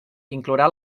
inclourà